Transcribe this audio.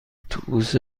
اتوبوس